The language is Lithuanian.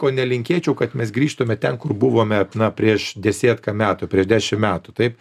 ko nelinkėčiau kad mes grįžtume ten kur buvome na prieš desėtką metų prieš dešim metų taip